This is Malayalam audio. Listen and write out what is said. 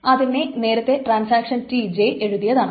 അതിനെ നേരത്തെ ട്രാൻസാക്ഷൻ Tj എഴുതിയതാണ്